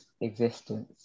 existence